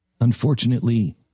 Unfortunately